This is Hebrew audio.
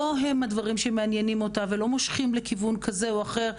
לא הם הדברים שמעניינים אותה ולא מושכים לכיוון כזה או אחר,